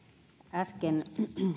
äsken